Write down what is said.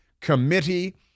Committee